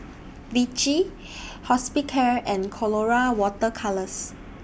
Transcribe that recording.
Vichy Hospicare and Colora Water Colours